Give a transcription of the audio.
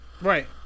Right